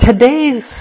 today's